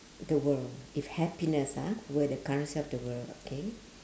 the world if happiness ah were the currency of the world okay